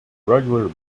regular